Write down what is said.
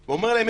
שלהם ואומר להם,